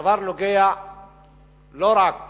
והדבר נוגע לא רק